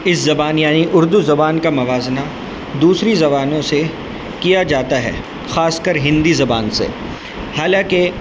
اس زبان یعنی اردو زبان کا موازنہ دوسری زبانوں سے کیا جاتا ہے خاص کر ہندی زبان سے حالانکہ